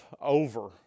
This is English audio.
over-